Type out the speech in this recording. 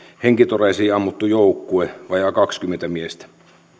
henkitoreisiin ammuttu joukkue vajaat kaksikymmentä miestä